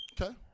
okay